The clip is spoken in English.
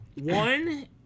One